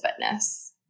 fitness